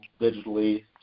digitally